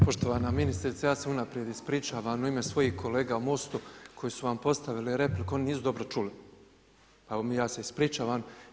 Poštovana ministrice, ja se unaprijed ispričavam u ime svojih kolega u MOST-u koji su vam postavili repliku, oni nisu dobro čuli, pa evo ja se ispričavam.